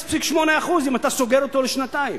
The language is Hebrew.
0.8%, אם אתה סוגר אותו לשנתיים.